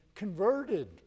converted